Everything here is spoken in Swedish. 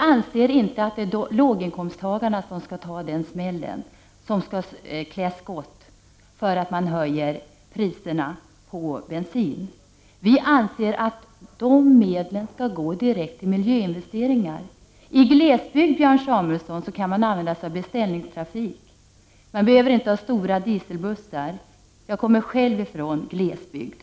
Vi anser inte att det är låginkomsttagarna som skall ta den smällen, som skall klä skott därför att priset på bensin höjs. Vi anser att dessa medel skall gå direkt till miljöinvesteringar. I glesbygder kan man, Björn Samuelson, använda sig av beställningstrafik. Man behöver inte ha stora dieselbussar. Jag kommer själv från glesbygden.